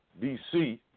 DC